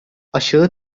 aşağı